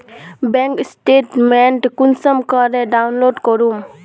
Bank statement कुंसम करे download करूम?